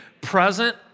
present